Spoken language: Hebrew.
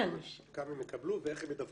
יש הבדל כמה הם יקבלו ואיך הם ידווחו,